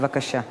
בבקשה.